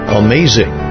amazing